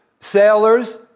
sailors